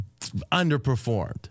underperformed